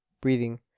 breathing